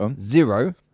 zero